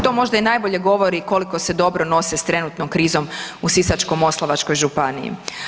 To možda i najbolje govori koliko se dobro nose s trenutnom krizom u Sisačko-moslavačkoj županiji.